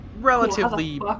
Relatively